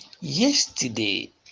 yesterday